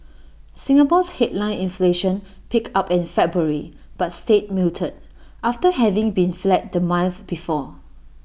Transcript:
Singapore's headline inflation picked up in February but stayed muted after having been flat the month before